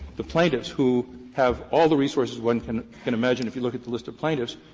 the plaintiffs, who have all the resources one can can imagine if you look at the list of plaintiffs,